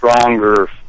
stronger